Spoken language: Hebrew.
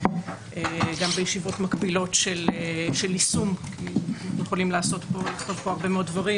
גם בישיבות מקבילות של יישום אנחנו יכולים לעשות פה הרבה מאוד דברים,